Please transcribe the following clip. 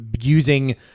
using